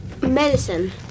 medicine